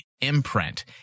imprint